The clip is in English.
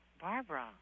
Barbara